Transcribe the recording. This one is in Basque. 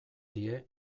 die